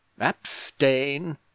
Abstain